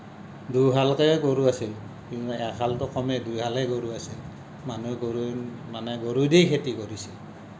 দুই হালকেই গৰু আছিল এহালটো কমেই দুই হালেই গৰু আছিল মানুহে গৰু মানে গৰু দিয়েই খেতি কৰিছিল